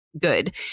good